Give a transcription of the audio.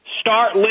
Start